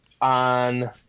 on